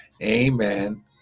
amen